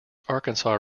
arkansas